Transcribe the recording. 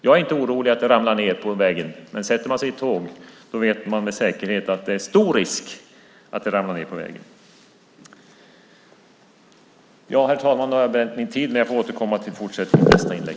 Jag är inte orolig för att jag ska ramla ned på vägen, men sätter man sig i ett tåg vet man att det är stor risk att det ramlar ned på vägen. Fru talman! Nu har jag bränt min tid. Jag ber att få återkomma till fortsättningen i nästa inlägg.